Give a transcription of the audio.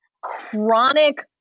chronic